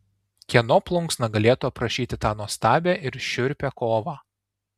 kieno plunksna galėtų aprašyti tą nuostabią ir šiurpią kovą